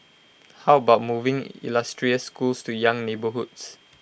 how about moving illustrious schools to young neighbourhoods